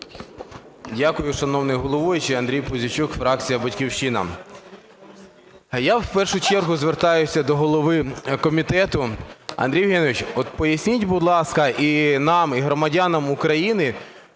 Дякую, шановний головуючий. Андрій Пузійчук, фракція "Батьківщина". Я в першу чергу звертаюсь до голови комітету. Андрій Євгенович, от поясніть, будь ласка, і нам, і громадянам України,